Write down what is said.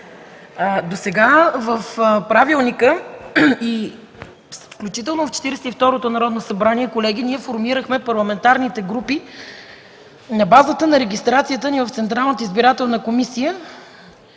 Досега в Правилника, включително в Четиридесет и второто Народно събрание, колеги, ние формирахме парламентарните групи на базата на регистрацията ни в Централната избирателна комисия,